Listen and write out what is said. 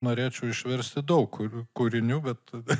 norėčiau išversti daug kur kūrinių bet